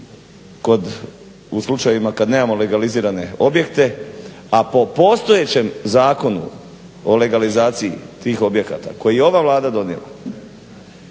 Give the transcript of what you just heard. u slučajevima kad nemamo legalizirane objekte a po postojećem zakonu o legalizaciji tih objekata koje je ova Vlada donijela